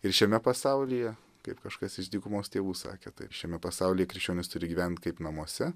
ir šiame pasaulyje kaip kažkas iš dykumos tėvų sakė tai šiame pasaulyje krikščionys turi gyvent kaip namuose